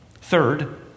Third